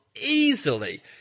easily